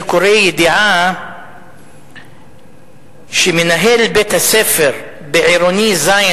קורא ידיעה שמנהל בית-הספר עירוני ז',